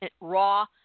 raw